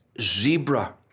zebra